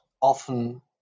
often